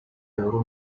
уран